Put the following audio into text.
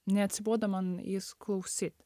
neatsibodo man jis klausyt